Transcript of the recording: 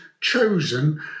chosen